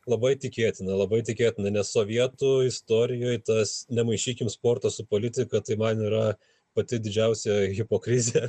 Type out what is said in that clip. labai tikėtina labai tikėtina nes sovietų istorijoj tas nemaišykime sporto su politika tai man yra pati didžiausia hipokrizė